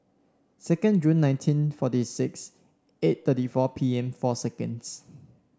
second July nineteen forty six eight thirty four P M four seconds